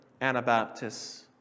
Anabaptists